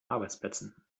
arbeitsplätzen